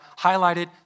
highlighted